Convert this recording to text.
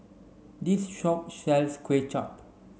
this shop sells Kuay Chap